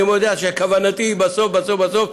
אני מודיע שכוונתי היא בסוף בסוף,